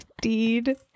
deed